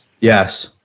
Yes